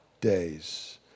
days